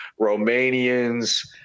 Romanians